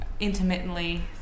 Intermittently